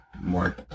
more